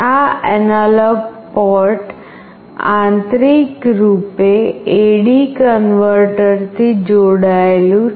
આ analogue port આંતરિક રૂપે AD કન્વર્ટરથી જોડાયેલું છે